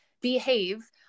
behave